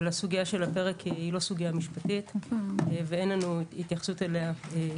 אבל הסוגיה שעל הפרק היא לא סוגיה משפטית ואין לנו התייחסות אליה.